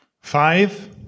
Five